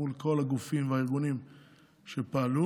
מול כל הגופים והארגונים שפעלו.